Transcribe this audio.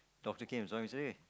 doctor came and say